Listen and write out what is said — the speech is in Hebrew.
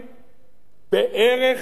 בערך רבבה.